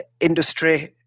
industry